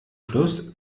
plus